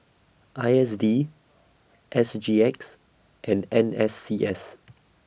I S D S G X and N S C S